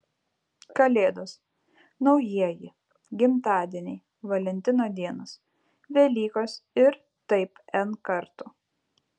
kalėdos naujieji gimtadieniai valentino dienos velykos ir taip n kartų